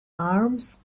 arms